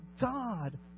God